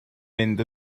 mynd